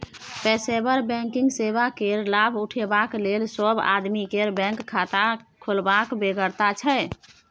पेशेवर बैंकिंग सेवा केर लाभ उठेबाक लेल सब आदमी केँ बैंक खाता खोलबाक बेगरता छै